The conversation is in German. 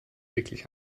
wirklich